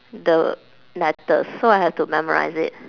the letters so I have to memorise it